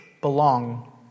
belong